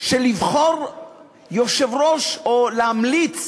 שלבחור יושב-ראש או להמליץ